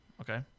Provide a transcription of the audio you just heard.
Okay